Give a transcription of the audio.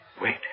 Wait